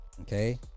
Okay